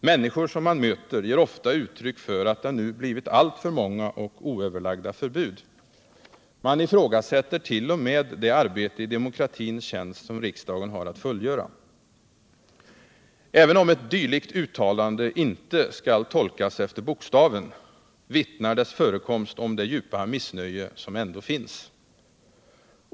Människor man möter ger ofta uttryck för att det nu blivit alltför många och oöverlagda förbud. Man ifrågasättert.o.m. det arbete i demokratins tjänst som riksdagen har att fullgöra. Även om ett dylikt uttalande inte skall tolkas efter bokstaven, vittnar dess förekomst om det djupa missnöje som ändå finns.